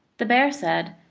the bear said,